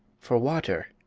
for water,